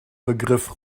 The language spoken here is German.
begriff